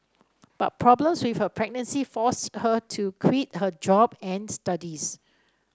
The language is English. but problems with her pregnancy forced her to quit her job and studies